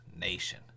nation